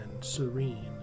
serene